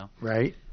right